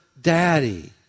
Daddy